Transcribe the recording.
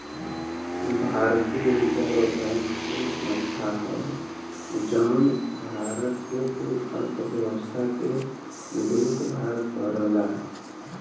भारतीय reserve bank उ संस्था हौ जौन भारत के कुल अर्थव्यवस्था के देखभाल करला